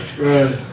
Right